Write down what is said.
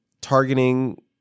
targeting